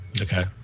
Okay